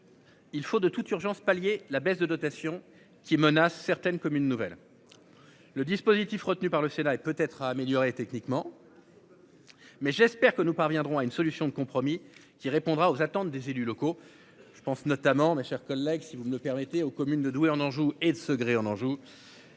Il faut de toute urgence pallier la baisse de dotations qui menacent, certaines communes nouvelles. Le dispositif retenu par le Sénat et peut être améliorer techniquement. C'est pas. Mais j'espère que nous parviendrons à une solution de compromis qui répondra aux attentes des élus locaux. Je pense notamment, mes chers collègues, si vous me permettez aux communes de Douai en Anjou et de Segré en Anjou.